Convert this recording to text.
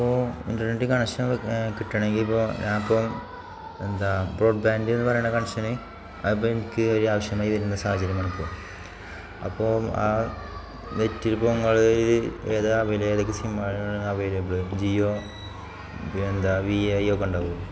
ഇപ്പോൾ internet connection കിട്ടണമെങ്കിൽ ഇപ്പോൾ ഞാനപ്പം എന്താ ബ്രോഡ്ബാൻ്റ് എന്നു പറയുന്ന കണക്ഷന് അപ്പം എനിക്ക് ഒരാവശ്യമായി വരുന്ന സാഹചര്യമാണിപ്പോൾ അപ്പോൾ ആ നെറ്റ് ഇപ്പോൾ നിങ്ങൾ ഏതാണ് അവൈൽ ഏതൊക്കെ സിമ്മാണ് അവൈലബിൾ ജിയോ പിന്നെന്താണ് വി ഐ ഒക്കെ ഉണ്ടാകുമോ